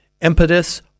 impetus